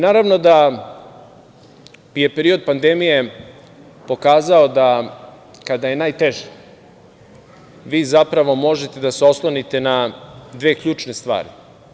Naravno, da je period pandemije pokazao da kada je najteže, vi zapravo možete da se oslonite na dve ključne stvari.